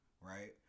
Right